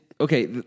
okay